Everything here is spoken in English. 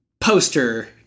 Poster